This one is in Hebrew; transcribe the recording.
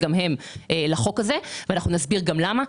גם הם לחוק הזה ואנחנו גם נסביר למה.